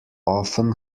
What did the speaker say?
often